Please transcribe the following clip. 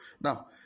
Now